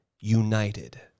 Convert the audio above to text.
united